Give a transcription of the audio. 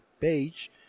page